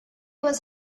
was